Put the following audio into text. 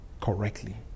correctly